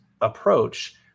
approach